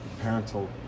Parental